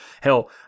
Hell